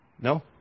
No